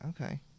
Okay